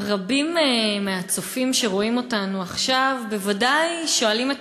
רבים מהצופים שרואים אותנו עכשיו בוודאי שואלים את